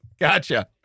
Gotcha